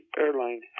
airline